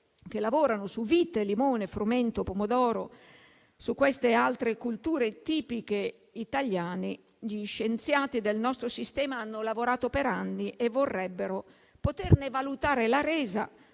che lavorano su vite, limone, frumento, pomodoro; su queste e altre culture tipiche italiane gli scienziati del nostro sistema hanno lavorato per anni e vorrebbero poterne valutare la resa